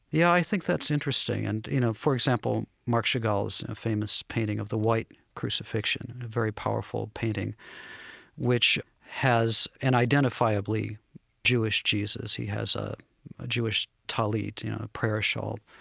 yeah, i think that's interesting. and, you know, for example, marc chagall's famous painting of the white crucifixion, the very powerful painting which has an identifiably jewish jesus he has a jewish tallit, you know, a prayer shawl,